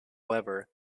however